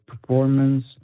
performance